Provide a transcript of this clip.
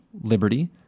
liberty